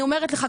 אני אומרת לך,